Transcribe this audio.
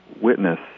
witness